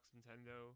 Nintendo